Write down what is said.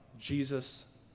Jesus